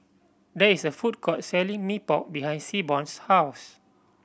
there is a food court selling Mee Pok behind Seaborn's house